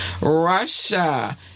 Russia